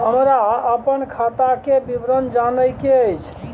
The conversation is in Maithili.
हमरा अपन खाता के विवरण जानय के अएछ?